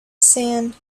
sand